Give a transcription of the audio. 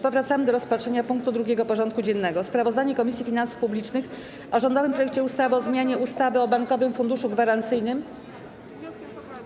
Powracamy do rozpatrzenia punktu 2. porządku dziennego: Sprawozdanie Komisji Finansów Publicznych o rządowym projekcie ustawy o zmianie ustawy o Bankowym Funduszu Gwarancyjnym.